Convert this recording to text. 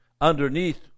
underneath